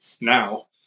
now